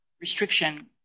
restriction